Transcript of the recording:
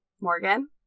Morgan